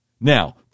Now